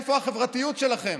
איפה החברתיות שלכם?